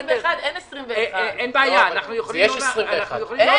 אין 21. יש 21. אנחנו יכולים לא